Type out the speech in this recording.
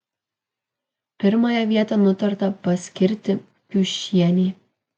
pirmąją vietą nutarta paskirti kiušienei